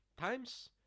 times